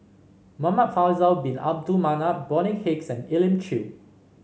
Muhamad Faisal Bin Abdul Manap Bonny Hicks and Elim Chew